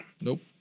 nope